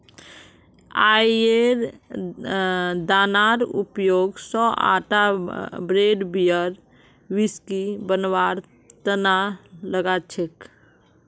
राईयेर दानार उपयोग स आटा ब्रेड बियर व्हिस्की बनवार तना लगा छेक